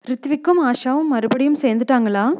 பிரித்விக்கும் ஆஷாவும் மறுபடியும் சேர்ந்துட்டாங்களா